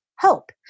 hope